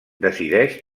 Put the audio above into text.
decideix